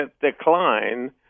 decline